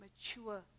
mature